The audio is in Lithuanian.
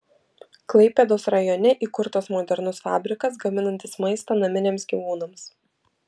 klaipėdos rajone įkurtas modernus fabrikas gaminantis maistą naminiams gyvūnams